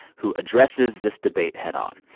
who addresses this debate head on.